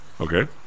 Okay